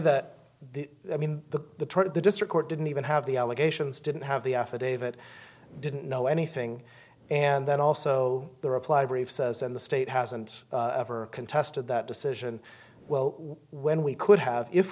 the i mean the the district court didn't even have the allegations didn't have the affidavit didn't know anything and then also the reply brief says and the state hasn't ever contested that decision well when we could have if